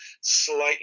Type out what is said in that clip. slightly